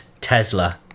Tesla